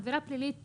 עבירה פלילית